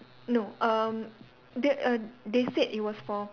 no um they err they said it was for